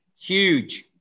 huge